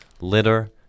Litter